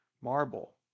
marble